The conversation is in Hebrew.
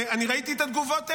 אני ראיתי את התגובות האלה,